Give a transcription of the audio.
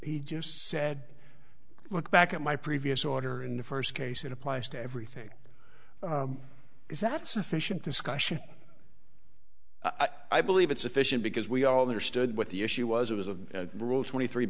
he just said look back at my previous order in the first case it applies to everything is that sufficient discussion i believe it's sufficient because we all understood what the issue was it was a rule twenty three